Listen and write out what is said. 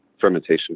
fermentation